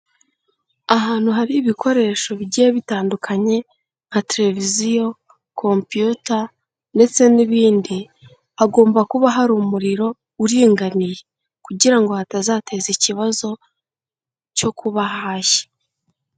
Ahantu hari ibikoresho bigiye bitandukanye, nka televiziyo, compiyuta ndetse n'ibindi, hagomba kuba hari umuriro uringaniye kugira hatazateza ikibazo cyo kuba hashya.